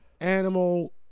animal